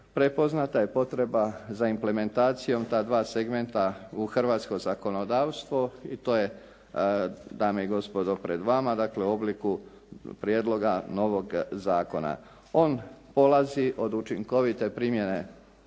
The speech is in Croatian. prepoznata je potreba za implementacijom ta dva segmenta u hrvatsko zakonodavstvo i to je dame i gospodo pred vama dakle u obliku prijedloga novog zakona. On polazi od učinkovite primjene